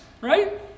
Right